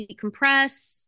Decompress